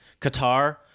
Qatar